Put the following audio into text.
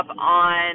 on